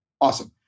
Awesome